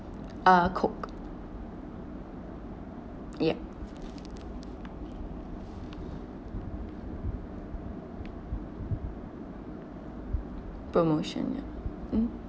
uh coke yup promotional mm